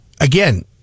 again